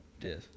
Yes